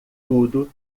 tudo